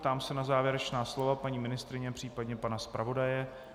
Ptám se na závěrečná slova paní ministryně případně pana zpravodaje.